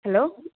hello